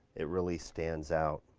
it really stands out.